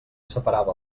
separava